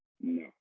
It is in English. No